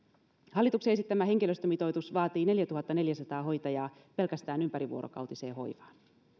hallituksen esittämä henkilöstömitoitus vaatii neljätuhattaneljäsataa hoitajaa pelkästään ympärivuorokautiseen hoivaan